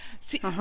See